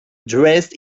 dressed